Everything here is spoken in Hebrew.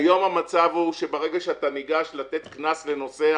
כיום המצב הוא, ברגע שאתה ניגש לתת קנס לנוסע,